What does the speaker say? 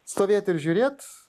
stovėt ir žiūrėt